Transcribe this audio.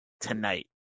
tonight